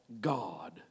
God